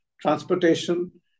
transportation